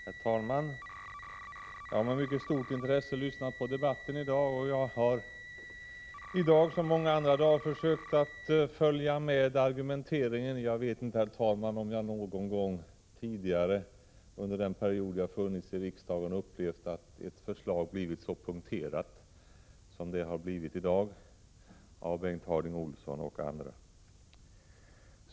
Herr talman! Jag har med mycket stort intresse lyssnat på debatten i dag, och jag har nu som många andra gånger försökt att följa med argumenteringen. Jag vet inte, herr talman, om jag någon gång tidigare under den period jag varit i riksdagen upplevt att ett förslag blivit så ”punkterat” som förslaget blev av Bengt Harding Olson m.fl. i dag.